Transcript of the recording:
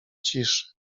ciszy